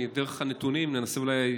ודרך הנתונים ננסה אולי